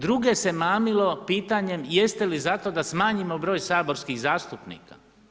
Druge se mamilo pitanjem jeste li za to smanjimo broj saborskih zastupnika.